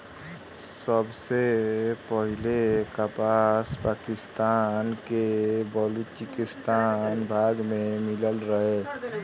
सबसे पहिले कपास पाकिस्तान के बलूचिस्तान भाग में मिलल रहे